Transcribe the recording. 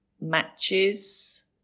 Matches